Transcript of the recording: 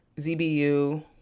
ZBU